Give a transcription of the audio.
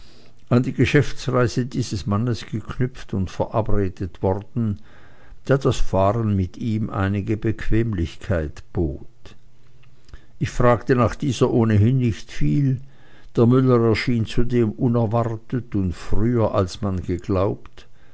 an die geschäftsreise dieses mannes geknüpft und verabredet worden da das fahren mit ihm einige bequemlichkeit bot ich fragte nach dieser ohnehin nicht viel der müller erschien zudem unerwartet und früher als man geglaubt